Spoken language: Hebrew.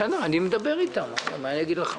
בסדר, אני מדבר אתם, מה אני אגיד לך?